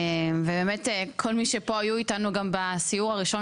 באמת כל מי שפה היו איתנו גם בסיור הראשון